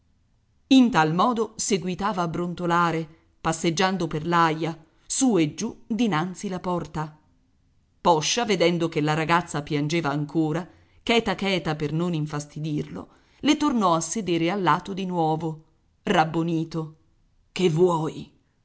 in tal modo seguitava a brontolare passeggiando per l'aia su e giù dinanzi la porta poscia vedendo che la ragazza piangeva ancora cheta cheta per non infastidirlo le tornò a sedere allato di nuovo rabbonito che vuoi